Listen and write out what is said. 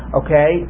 okay